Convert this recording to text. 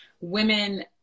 women